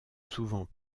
souvent